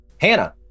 Hannah